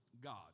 God